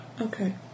Okay